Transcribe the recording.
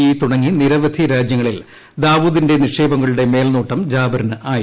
E തുടങ്ങി നിരവധി രാജ്യങ്ങളിൽ ദാവൂദിന്റെ നിക്ഷേപങ്ങളുടെ മേൽനോട്ടം ജാബിറിനായിരുന്നു